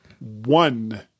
one